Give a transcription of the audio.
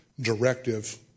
directive